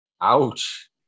Ouch